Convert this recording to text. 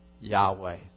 yahweh